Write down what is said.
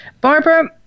Barbara